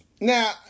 Now